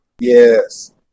Yes